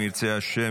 אם ירצה השם,